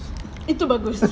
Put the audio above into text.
itu bagus